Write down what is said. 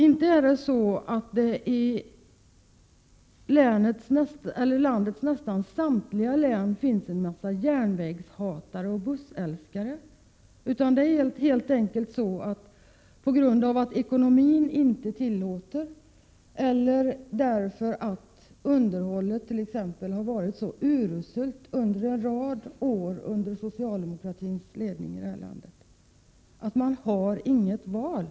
Inte är det så att det nästan i samtliga län finns en mängd järnvägshatare och bussälskare. Det är helt enkelt så att man, på grund av att ekonomin inte tillåter eller därför att t.ex. underhållet varit så uruselt under en rad år under socialdemokratisk ledning i landet, inte har något val.